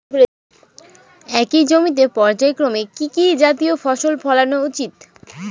একই জমিতে পর্যায়ক্রমে কি কি জাতীয় ফসল ফলানো উচিৎ?